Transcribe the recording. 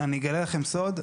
אני אגלה לכם סוד,